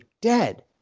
dead